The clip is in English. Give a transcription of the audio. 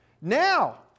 Now